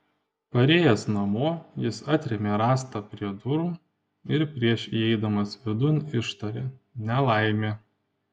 parėjęs namo jis atrėmė rąstą prie durų ir prieš įeidamas vidun ištarė nelaimė